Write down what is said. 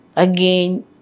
again